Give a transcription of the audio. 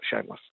shameless